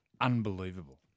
unbelievable